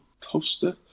poster